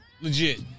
Legit